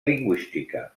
lingüística